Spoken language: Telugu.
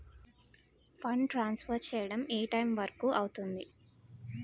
ఫండ్ ట్రాన్సఫర్ చేయడం ఏ టైం వరుకు అవుతుంది?